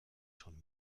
schon